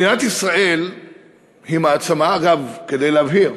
מדינת ישראל היא מעצמה, אגב, כדי להבהיר,